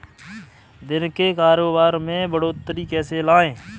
दिन के कारोबार में बढ़ोतरी कैसे लाएं?